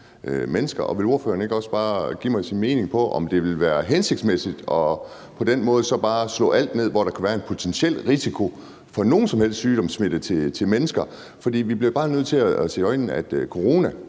mennesker? Og vil ordføreren ikke også bare give mig sin mening om, om det ville være hensigtsmæssigt på den måde bare at slå alt ned, hvor der kunne være en potentiel risiko for nogen som helst sygdomssmitte til mennesker? For vi bliver bare nødt til at se i øjnene – og